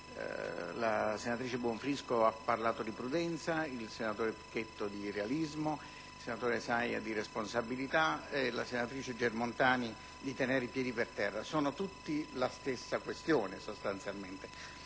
la senatrice Bonfrisco ha parlato di prudenza, il senatore Pichetto Fratin di realismo, il senatore Saia di responsabilità e la senatrice Germontani di tenere i piedi per terra. Si tratta, sostanzialmente,